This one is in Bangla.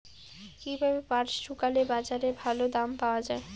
কীভাবে পাট শুকোলে বাজারে ভালো দাম পাওয়া য়ায়?